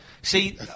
See